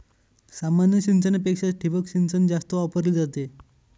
सामान्य सिंचनापेक्षा ठिबक सिंचन जास्त वापरली जाते